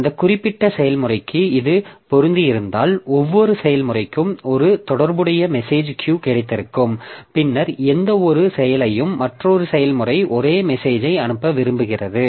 அந்த குறிப்பிட்ட செயல்முறைக்கு இது பொருந்தியிருந்தால் ஒவ்வொரு செயல்முறைக்கும் ஒரு தொடர்புடைய மெசேஜ் கியூ கிடைத்திருக்கும் பின்னர் எந்தவொரு செயலையும் மற்றொரு செயல்முறைக்கு ஒரு மெசேஜை அனுப்ப விரும்புகிறது